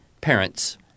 parents